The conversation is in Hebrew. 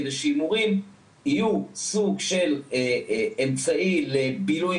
כדי שהימורים יהיו סוג של אמצעי לבילוי,